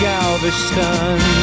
Galveston